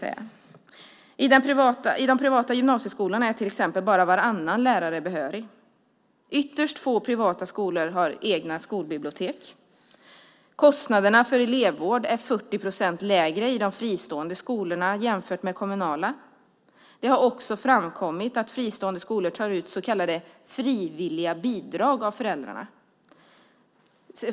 I de privata gymnasieskolorna är till exempel bara varannan lärare behörig. Ytterst få privata skolor har egna skolbibliotek. Kostnaderna för elevvård är 40 procent lägre i de fristående skolorna jämfört med kommunala. Det har också framkommit att fristående skolor tar ut så kallade "frivilliga" bidrag av föräldrar.